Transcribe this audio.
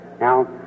Now